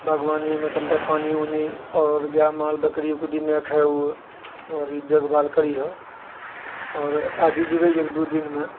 बागवानीमे कनिटा पानि उनि आओर गाए माल बकरी उकरी नहि खाय ओ आओर ई देखभाल करिहऽ आओर आबि जेबै एक दू दिनमे